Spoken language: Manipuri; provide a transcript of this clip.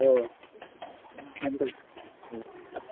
ꯍꯣꯏ ꯊꯝꯃꯦ ꯊꯝꯃꯦ ꯎꯝ